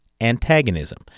antagonism